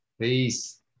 peace